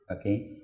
Okay